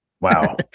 wow